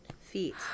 feet